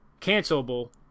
cancelable